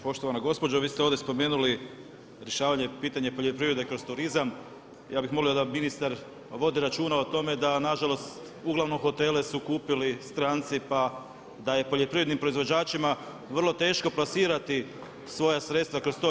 Poštovana gospođo, vi ste ovdje spomenuli rješavanje pitanja poljoprivrede kroz turizam, ja bih molio da ministar vodi računa o tome da nažalost uglavnom hotele su kupili stranci pa da je poljoprivrednim proizvođačima vrlo teško plasirati svoja sredstva kroz to.